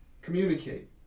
Communicate